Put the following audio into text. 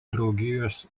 draugijos